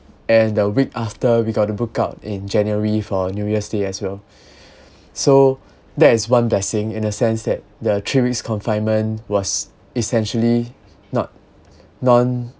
and the week after we got to book out in january for new year's day as well so that is one blessing in a sense that the three weeks confinement was essentially not non